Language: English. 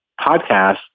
podcast